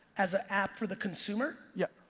as a app for the consumer? yeah.